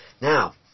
Now